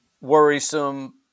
worrisome